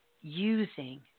using